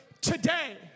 today